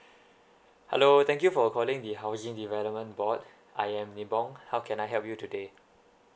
hello thank you for calling the housing development board I am nibong how can I help you today